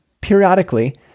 periodically